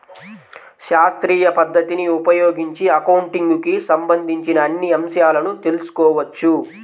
శాస్త్రీయ పద్ధతిని ఉపయోగించి అకౌంటింగ్ కి సంబంధించిన అన్ని అంశాలను తెల్సుకోవచ్చు